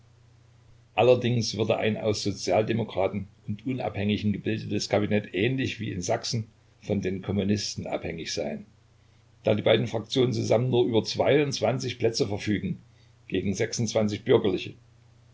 allerdings würde ein aus sozialdemokraten und unabhängigen gebildetes kabinett ähnlich wie in sachsen von den kommunisten abhängig sein da die beiden fraktionen zusammen nur über zwei plätze verfügen gegen bürgerliche